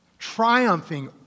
triumphing